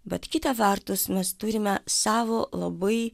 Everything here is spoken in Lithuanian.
bet kita vertus mes turime savo labai